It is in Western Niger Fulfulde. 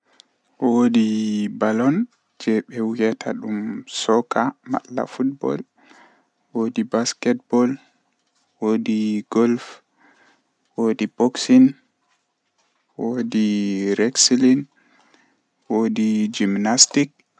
Taalel taalel jannata booyel, Woodi bingel debbo feere ni yerimaajo bingel lamdo odon dilla sei ohefti ohefti dan kunne feere boodum nde o hefti sei oyaarini dadiraawo maako, Asei gol on dum don mari ceede masin nde baba man nani habaru ko owadi sei ovi toh bingel debbo man kanko ronata laamu maako to o mayi.